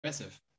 Impressive